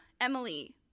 Emily